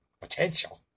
potential